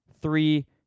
three